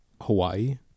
Hawaii